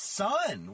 son